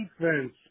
defense